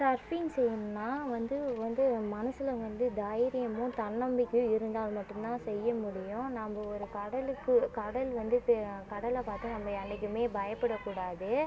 surfing செய்யணுனா வந்து வந்து மனசில் வந்து தைரியமும் தன்னம்பிக்கையும் இருந்தால் மட்டும் தான் செய்ய முடியும் நம்ம ஒரு கடலுக்கு கடல் வந்து ப கடலை பார்த்து நம்ம என்றைக்குமே பயப்படகூடாது